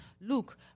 Look